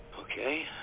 Okay